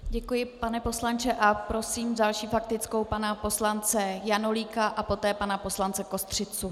Děkuji, pane poslanče, a prosím s další faktickou pana poslance Janulíka a poté pana poslance Kostřicu.